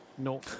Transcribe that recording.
No